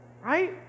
right